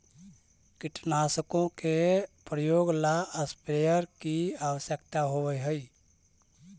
कीटनाशकों के प्रयोग ला स्प्रेयर की आवश्यकता होव हई